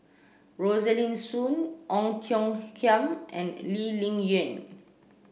Rosaline Soon Ong Tiong Khiam and Lee Ling Yen